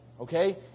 Okay